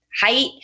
Height